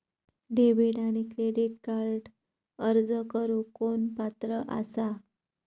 Debit आणि credit कार्डक अर्ज करुक कोण पात्र आसा?